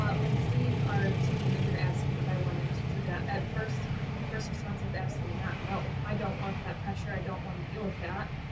when steve, our team manager asked me if i wanted to do that, at first, my first response was absolutely not. no. i don't want that pressure. i don't want to deal with that.